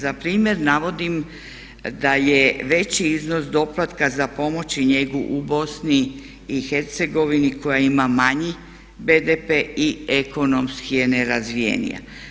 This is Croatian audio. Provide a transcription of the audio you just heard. Za primjer navodim da je veći iznos doplatka za pomoć i njegu u BiH koja ima manji BDP i ekonomski je nerazvijenija.